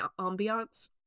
ambiance